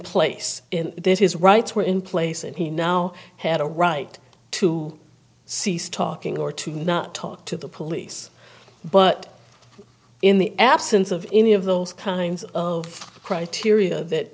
place in this his rights were in place and he now had a right to ceased talking or to not talk to the police but in the absence of any of those kinds of criteria that